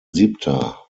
siebter